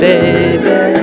Baby